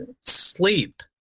sleep